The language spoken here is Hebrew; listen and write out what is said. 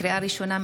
לקריאה ראשונה,